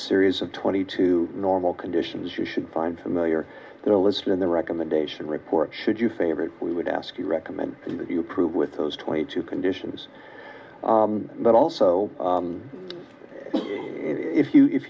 series of twenty two normal conditions you should find familiar they are listed in the recommendation report should you favor we would ask you recommend that you prove with those twenty two conditions but also if you if